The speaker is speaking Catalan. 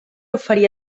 oferir